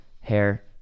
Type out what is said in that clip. hair